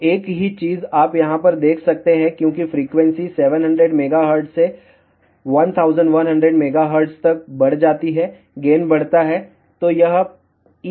तो एक ही चीज़ आप यहाँ पर देख सकते हैं क्योंकि फ्रीक्वेंसी 700 MHz से 1100 MHz तक बढ़ जाती है गेन बढ़ता है